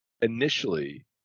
initially